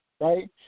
right